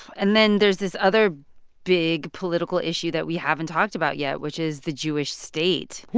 and then there's this other big political issue that we haven't talked about yet, which is the jewish state,